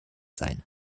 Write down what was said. sein